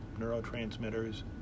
neurotransmitters